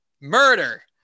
murder